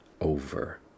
over